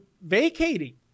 vacating